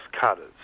cutters